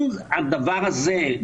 אם הדבר הזה,